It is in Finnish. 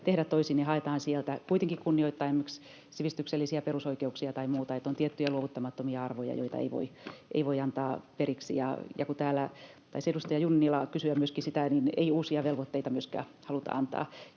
tehdä toisin, ja haetaan sieltä kuitenkin kunnioittaen esimerkiksi sivistyksellisiä perusoikeuksia tai muuta. Eli on tiettyjä luovuttamattomia arvoja, joissa ei voi antaa periksi. Taisi edustaja Junnila kysyä myöskin sitä, niin uusia velvoitteita ei myöskään haluta antaa.